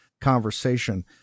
conversation